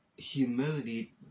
humility